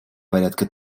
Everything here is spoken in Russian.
порядка